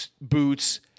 boots